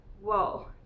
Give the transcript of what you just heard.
whoa